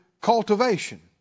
cultivation